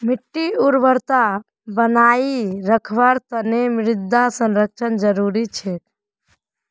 मिट्टीर उर्वरता बनई रखवार तना मृदा संरक्षण जरुरी छेक